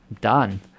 done